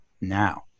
now